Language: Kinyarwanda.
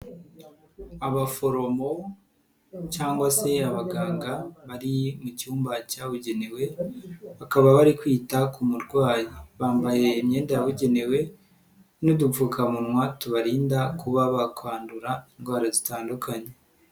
Abaforomo cyangwa se abaganga bari mu cyumba cyabugenewe bakaba bari kwita ku murwayi, bambaye imyenda yabugenewe n'udupfukamunwa tubarinda kuba bakwandura indwara zitandukanye.